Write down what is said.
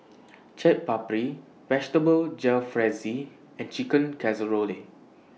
Chaat Papri Vegetable Jalfrezi and Chicken Casserole